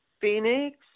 Phoenix